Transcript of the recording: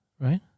right